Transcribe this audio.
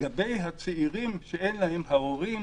לגבי הצעירים, שאין להם, ההורים